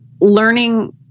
learning